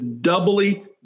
doubly